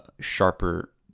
sharper